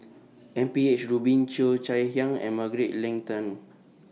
M P H Rubin Cheo Chai Hiang and Margaret Leng Tan